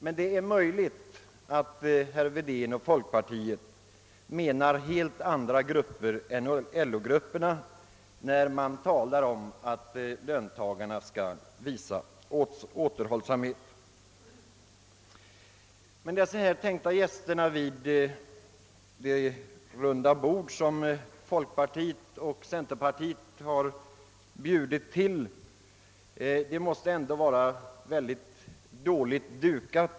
Men det är möjligt att herr Wedén och övriga folkpartister avser helt andra grupper än LO-grupperna när de talar om att löntagarna skall visa återhållsamhet. Det runda bord till vilket folkpartiet och centerpartiet bjudit en del tänkta gäster måste ändå vara synnerligen dåligt dukat.